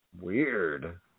Weird